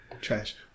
trash